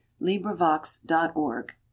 LibriVox.org